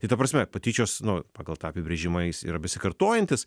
tai ta prasme patyčios nu pagal tą apibrėžimą jis yra besikartojantis